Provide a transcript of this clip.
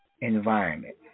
environment